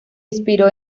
inspiró